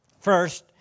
First